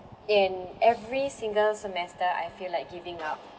in every single semester I feel like giving up